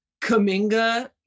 kaminga